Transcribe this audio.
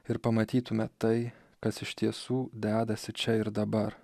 ir pamatytume tai kas iš tiesų dedasi čia ir dabar